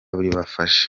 bafashe